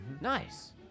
Nice